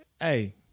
Hey